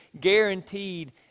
guaranteed